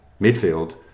midfield